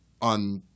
on –